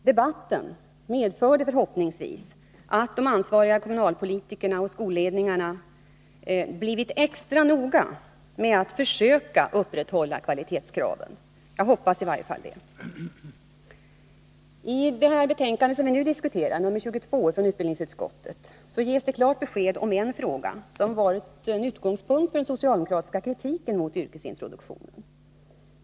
Debatten medförde förhoppningsvis att de ansvariga kommunalpolitikerna och skolledningarna blivit extra noga med att försöka upprätthålla kvalitetskraven. Jag hoppas i varje fall det. I det betänkande vi nu diskuterar, nr 22 från utbildningsutskottet, ges det klart besked i en fråga som varit utgångspunkten för den socialdemokratiska kritiken mot yrkesintroduktionen.